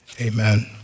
Amen